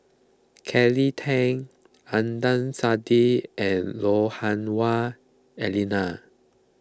Kelly Tang Adnan Saidi and Lui Hah Wah Elena